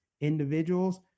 individuals